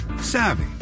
savvy